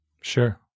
Sure